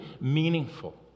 meaningful